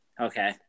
Okay